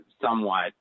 somewhat